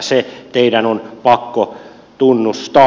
se teidän on pakko tunnustaa